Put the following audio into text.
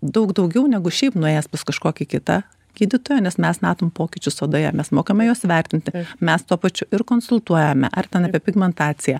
daug daugiau negu šiaip nuėjęs pas kažkokį kitą gydytoją nes mes matome pokyčius odoje mes mokame juos vertinti mes tuo pačiu ir konsultuojame ar ten apie pigmentaciją